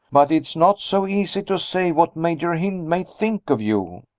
but it's not so easy to say what major hynd may think of you.